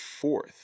fourth